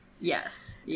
Yes